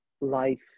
life